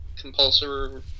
compulsory